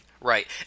Right